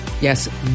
Yes